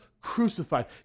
crucified